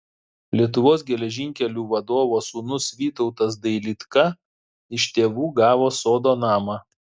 lietuvos geležinkelių vadovo sūnus vytautas dailydka iš tėvų gavo sodo namą